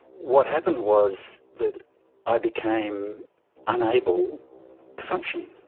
what happened was that i became unable to function.